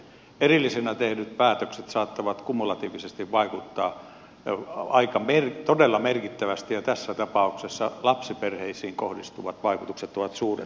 erillisinä tehdyt päätökset saattavat kumulatiivisesti vaikuttaa todella merkittävästi ja tässä tapauksessa lapsiperheisiin kohdistuvat vaikutukset ovat suuret